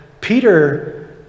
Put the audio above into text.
Peter